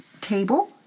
table